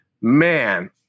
Man